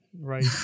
right